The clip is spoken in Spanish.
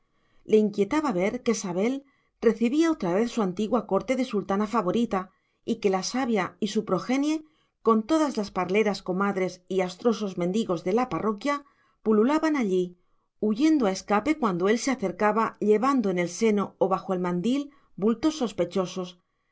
le inquietaba ver que sabel recibía otra vez su antigua corte de sultana favorita y que la sabia y su progenie con todas las parleras comadres y astrosos mendigos de la parroquia pululaban allí huyendo a escape cuando él se acercaba llevando en el seno o bajo el mandil bultos sospechosos